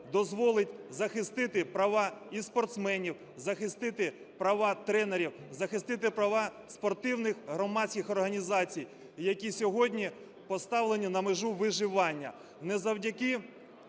дозволить захистити права і спортсменів, захистити права тренерів, захистити права спортивних громадських організацій, які сьогодні поставлені на межу виживання.